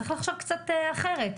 צריך לחשוב קצת אחרת.